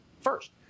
First